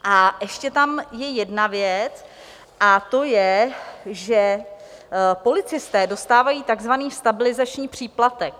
A ještě tam je jedna věc, a to je, že policisté dostávají takzvaný stabilizační příplatek.